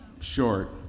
short